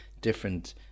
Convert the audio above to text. different